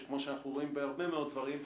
שכמו שאנחנו רואים בהרבה מאוד דברים,